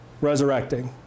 resurrecting